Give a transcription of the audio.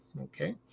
Okay